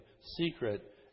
secret